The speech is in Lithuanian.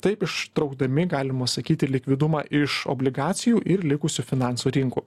taip ištraukdami galima sakyti likvidumą iš obligacijų ir likusių finanso rinkų